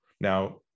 Now